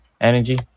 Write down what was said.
Energy